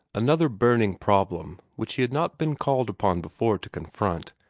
another burning problem, which he had not been called upon before to confront,